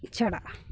ᱪᱷᱟᱲᱟᱜᱼᱟ